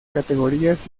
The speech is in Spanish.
categorías